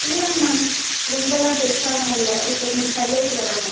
இல்லைங்க மேம் ரொம்பலாம் பெருசாலாம் இல்லை இப்போ கொஞ்சம் சரி ஆகிட்டு வராங்க